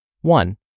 One